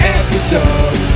episode